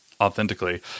authentically